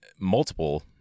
multiple